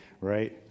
right